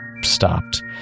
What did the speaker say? stopped